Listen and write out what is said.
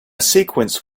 sequence